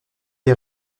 les